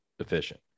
efficient